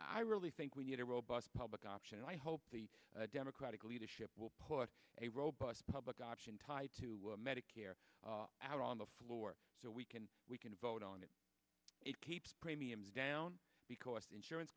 i really think we need a robust public option and i hope the democratic leadership will put a robust public option tied to medicare out on the floor so we can we can vote on it it keeps premiums down because the insurance